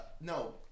no